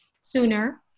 sooner